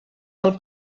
del